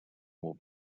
more